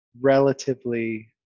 relatively